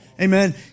Amen